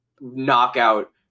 knockout